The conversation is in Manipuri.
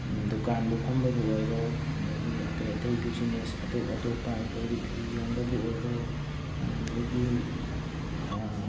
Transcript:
ꯗꯨꯀꯥꯟꯕꯨ ꯐꯝꯕꯕꯨ ꯑꯣꯏꯔꯣ ꯑꯗꯒꯤ ꯑꯇꯩ ꯑꯇꯩ ꯕꯤꯖꯤꯅꯦꯁ ꯑꯇꯣꯞ ꯑꯇꯣꯞꯄ ꯑꯩꯈꯣꯏꯒꯤ ꯐꯤ ꯌꯣꯟꯕꯕꯨ ꯑꯣꯏꯔꯣ ꯑꯗꯒꯤ